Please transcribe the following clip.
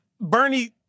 bernie